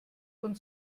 von